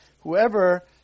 Whoever